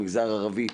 במגזר ערבי,